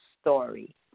story